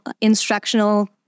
instructional